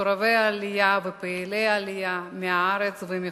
מסורבי העלייה ופעילי העלייה מהארץ ומחוץ-לארץ,